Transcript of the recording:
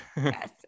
yes